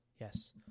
yes